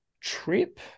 trip